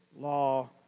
law